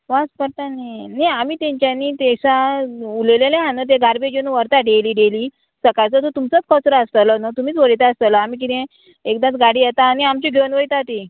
वास पडटा न्ही न्ही आमी तेंच्यांनी तेसां उलयलेले आहा न्हू ते गार्बेज येवन व्हरता डेली डेली सकाळचो तो तुमचोच कचरो आसतलो न्हू तुमीच उडयता आसतलो आमी किदें एकदांच गाडी येता आनी आमची घेवन वयता ती